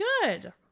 good